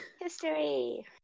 history